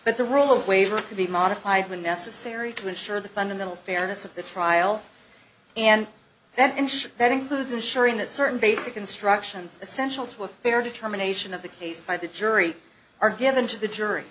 but the rule of waiver can be modified when necessary to ensure the fundamental fairness of the trial and that ensure that includes ensuring that certain basic instructions essential to a fair determination of the case by the jury are given to the jury